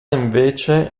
invece